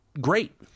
great